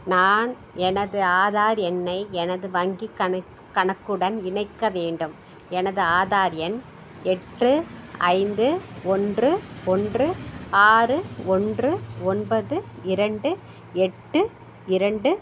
நான் எனது ஆதார் எண்ணை எனது வங்கிக் கணக் கணக்குடன் இணைக்க வேண்டும் எனது ஆதார் எண் எட்டு ஐந்து ஒன்று ஒன்று ஆறு ஒன்று ஒன்பது இரண்டு எட்டு இரண்டு